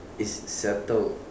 is settled